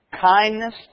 kindness